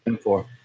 four